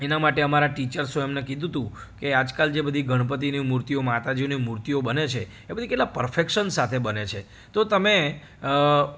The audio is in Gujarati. એના માટે અમારા ટીચર્સોએ અમને કીધું હતું કે આજકાલ જે બધી ગણપતિની મૂર્તિઓ માતાજીઓની મૂર્તિઓ બને છે એ બધી કેટલાં પરફેકશન સાથે બને છે તો તમે